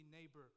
neighbor